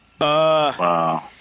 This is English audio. Wow